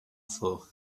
for